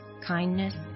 kindness